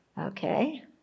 okay